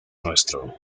nuestro